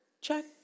Check